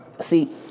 See